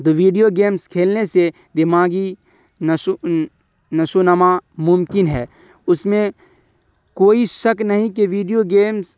تو video games کھیلنے سے دماغی نشو نشو و نما ممکن ہے اس میں کوئی شک نہیں کہ ویڈیو گیمس